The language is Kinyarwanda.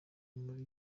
muri